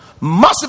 massive